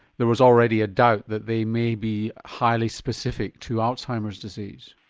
there was already a doubt that they may be highly specific to alzheimer's disease?